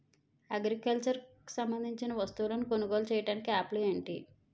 Agriculture కు సంబందించిన వస్తువులను కొనుగోలు చేయటానికి యాప్లు ఏంటి?